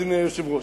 אדוני היושב-ראש,